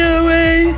away